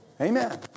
Amen